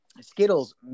Skittles